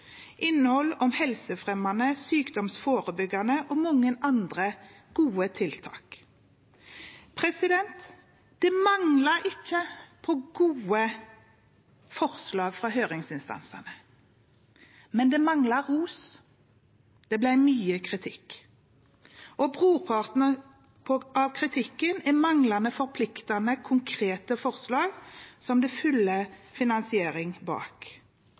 innhold om helsefremmende og sykdomsforebyggende tiltak og mange andre gode tiltak. Det manglet ikke på gode forslag fra høringsinstansene, men det manglet ros. Det ble mye kritikk. Brorparten av kritikken handler om manglende forpliktende og konkrete forslag som det følger finansiering